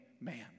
man